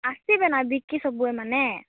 ଆସିବେନା ବିକି ସବୁ ଏମାନେ